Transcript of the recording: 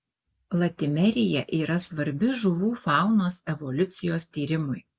latimerija yra svarbi žuvų faunos evoliucijos tyrimui